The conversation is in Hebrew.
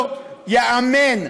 לא ייאמן,